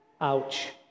Ouch